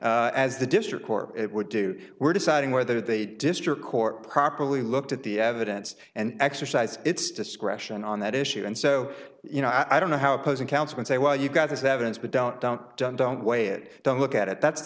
as the district court it would do we're deciding whether the district court properly looked at the evidence and exercised its discretion on that issue and so you know i don't know how opposing counsel and say well you've got this evidence but don't don't don't weigh it don't look at it that's